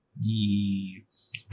Yes